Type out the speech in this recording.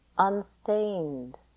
Unstained